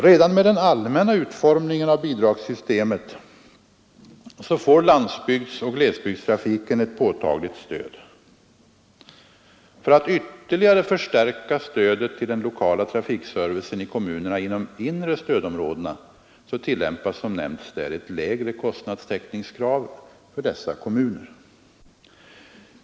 Redan med den allmänna utformningen av bidragssystemet får landsbygdsoch glesbygdstrafiken ett påtagligt stöd. För att ytterligare förstärka stödet till den lokala trafikservicen i kommunerna inom inre stödområdet tillämpas som nämnts där ett lägre kostnadstäckningskrav.